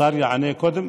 השר יענה קודם?